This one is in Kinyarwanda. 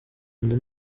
nda